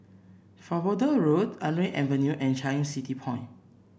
Farnborough Road Artillery Avenue and Changi City Point